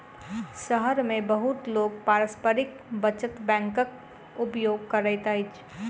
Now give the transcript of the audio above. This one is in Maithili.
शहर मे बहुत लोक पारस्परिक बचत बैंकक उपयोग करैत अछि